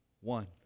one